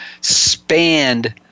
spanned